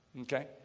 Okay